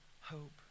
hope